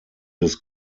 des